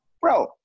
bro